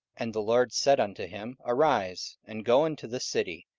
and the lord said unto him, arise, and go into the city,